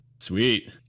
Sweet